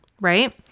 right